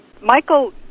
Michael